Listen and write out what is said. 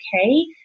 okay